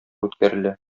үткәрелә